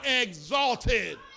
exalted